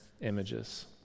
images